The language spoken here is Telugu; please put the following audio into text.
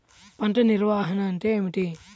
పంట నిర్వాహణ అంటే ఏమిటి?